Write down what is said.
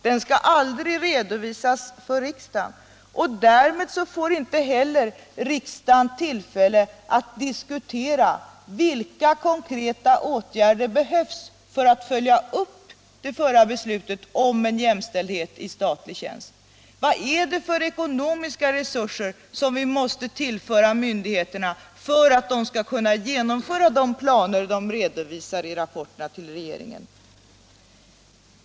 Den skall aldrig delges riksdagen, och därmed får riksdagen inte heller tillfälle att diskutera vilka konkreta åtgärder som behövs för att följa upp det förra beslutet om jämställdhet i statlig tjänst, vilka ekonomiska resurser vi måste tillföra myndigheterna för att de skall kunna genomföra de planer de redovisar i rapporterna till regeringen.